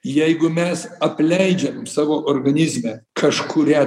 jeigu mes apleidžiam savo organizme kažkurią